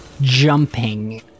jumping